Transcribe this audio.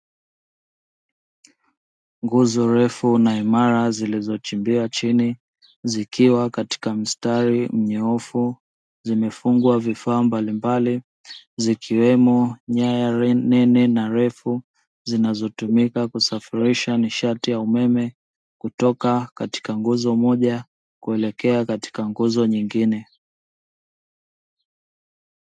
Nguzo refu na imara zilizo chimbiwa chini zikiwa katika mstari mnyoofu, zimefungwa vifaa mbali mbali zikiwemo nyaya nene na refu zinazotumika kusafirisha nishati ya umeme kutoka katika nguzo moja kuelekea kwenye nguzo nyingine.